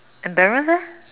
embarrass leh